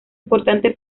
importante